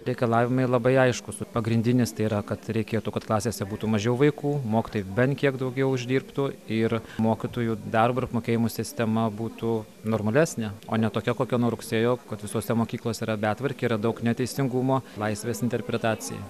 reikalavimai labai aiškūs pagrindinis tai yra kad reikėtų kad klasėse būtų mažiau vaikų mokytojai bent kiek daugiau uždirbtų ir mokytojų darbo apmokėjimo sistema būtų normalesnė o ne tokia kokia nuo rugsėjo kad visose mokyklose yra betvarkė yra daug neteisingumo laisvės interpretacijai